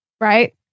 right